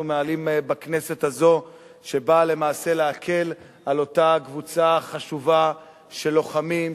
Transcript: מעלים בכנסת הזאת שבאה למעשה להקל על אותה קבוצה חשובה של לוחמים,